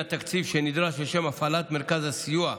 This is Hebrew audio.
מן התקציב שנדרש לשם הפעלת מרכזי הסיוע,